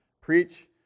preach